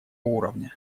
уровня